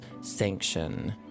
sanction